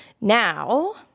Now